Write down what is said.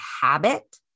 habit